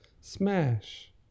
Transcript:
smash